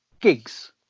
gigs